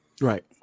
Right